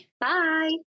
Bye